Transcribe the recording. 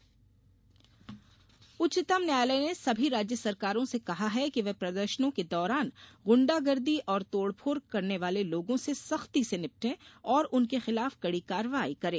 न्यायालय गुंडागर्दी उच्चतम न्यायालय ने सभी राज्य सरकारों से कहा है कि वे प्रदर्शनों के दौरान गूंडागर्दी और तोड़फोड़ करने वाले लोगों से सख्ती से निपटे और उनके खिलाफ कड़ी कार्रवाई करें